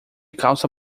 calça